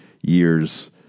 years